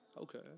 Okay